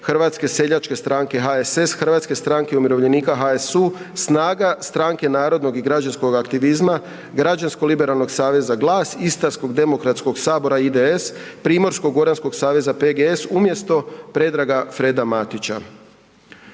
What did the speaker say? Hrvatske seljačke stranke, HSS, Hrvatske stranke umirovljenika, HSU, SNAGA, Stranke narodnog i građanskog aktivizma, Građansko-liberalnog aktivizma, GLAS, Istarsko demokratskog sabora, IDS, Primorsko-goranskog saveza, PGS umjesto Predraga Freda Matića.